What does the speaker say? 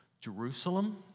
Jerusalem